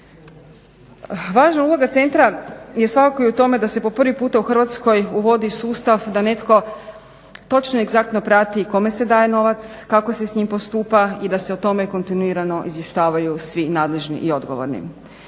Važna uloga centra je svakako i u tome da se po prvi puta u Hrvatskoj uvodi i sustav da netko točno i egzaktno prati kome se daje novac, kako se s njim postupa i da se o tome kontinuirano izvještavaju svi nadležni i odgovorni.